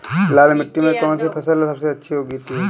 लाल मिट्टी में कौन सी फसल सबसे अच्छी उगती है?